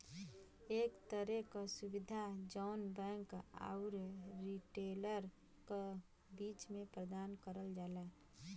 एक तरे क सुविधा जौन बैंक आउर रिटेलर क बीच में प्रदान करल जाला